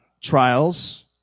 trials